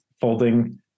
folding